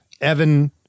evan